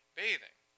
bathing